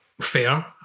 Fair